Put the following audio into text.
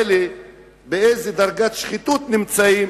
ובאיזו דרגת שחיתות הם נמצאים,